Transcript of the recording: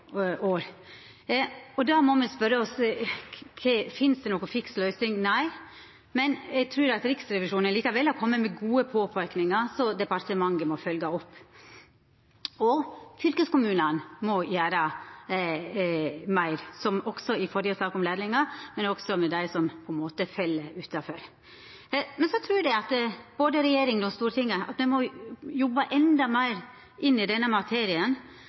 år – og då må me spørja oss: Finst det noka fiks løysing? Nei, men eg trur likevel at Riksrevisjonen har kome med gode påpeikingar som departementet må følgja opp. Fylkeskommunane må òg gjera meir, slik som i førre sak, om lærlingar, men også for dei som fell utanfor. Så trur eg at både regjeringa og Stortinget må jobba endå meir med denne